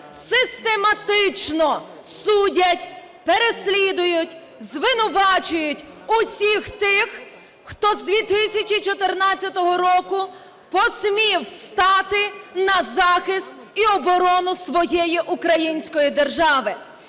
систематично судять, переслідують, звинувачують усіх тих, хто з 2014 року посмів стати на захист і оборону своєї української держави.